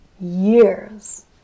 years